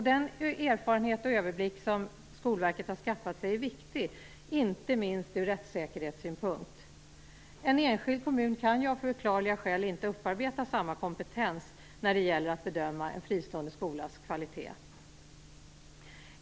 Den erfarenhet och överblick som Skolverket har skaffat sig är viktig, inte minst ur rättssäkerhetssynpunkt. En enskild kommun kan av förklarliga skäl inte upparbeta samma kompetens när det gäller att bedöma en fristående skolas kvalitet.